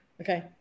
Okay